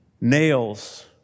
nails